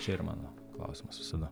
čia yra mano klausimas visada